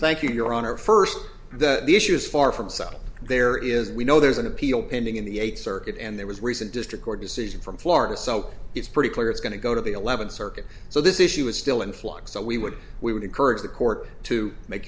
thank you your honor first the issue is far from settled there is we know there's an appeal pending in the eighth circuit and there was recent district court decision from florida so it's pretty clear it's going to go to the eleventh circuit so this issue is still in flux so we would we would encourage the court to make